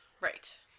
Right